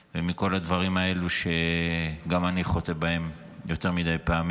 ומכל הדברים האלה שגם אני חוטא בהם יותר מדי פעמים.